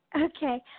Okay